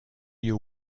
you